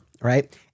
right